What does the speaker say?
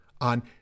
on